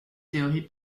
théorie